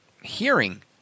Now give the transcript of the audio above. hearing